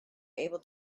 able